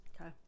Okay